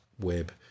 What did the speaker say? web